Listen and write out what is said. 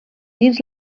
dins